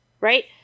right